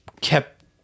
kept